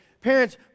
parents